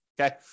Okay